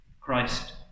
Christ